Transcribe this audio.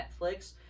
Netflix